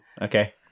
Okay